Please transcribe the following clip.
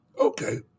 okay